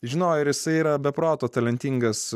žinojo ir jisai yra be proto talentingas